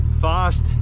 fast